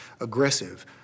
aggressive